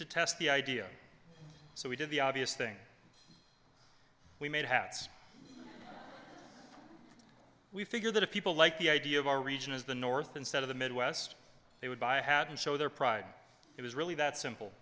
to test the idea so we did the obvious thing we made hats we figured that if people liked the idea of our region is the north instead of the midwest they would buy a hat and show their pride it was really that simple